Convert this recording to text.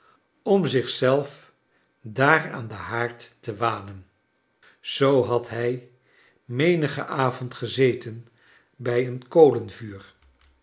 om zich zelf daar aan den haard te wanen zoo had hij menigen avond gezeten bij een